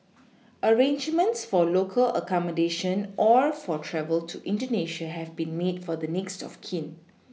arrangements for local accommodation or for travel to indonesia have been made for the next of kin